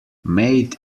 made